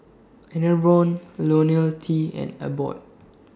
Enervon Ionil T and Abbott